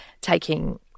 taking